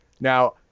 Now